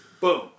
Boom